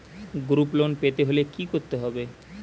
Group loan পেতে হলে কি করতে হবে?